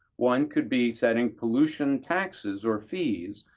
one could be setting pollution taxes or fees,